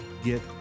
get